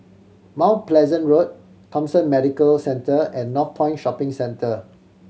Mount Pleasant Road Thomson Medical Centre and Northpoint Shopping Centre